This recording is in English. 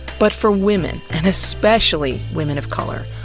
but for women and especially women of color,